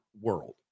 world